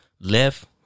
left